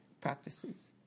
practices